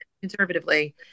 conservatively